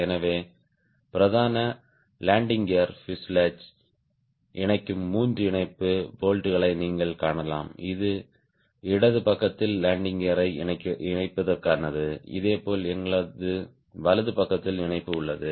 எனவே பிரதான லேண்டிங் கியரை பியூசேலாஜ் இணைக்கும் மூன்று இணைப்பு போல்ட்களை நீங்கள் காணலாம் இது இடது பக்கத்தில் லேண்டிங் கியரை இணைப்பிற்கானது இதேபோல் எங்களுக்கு வலது பக்கத்தில் இணைப்பு உள்ளது